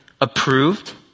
approved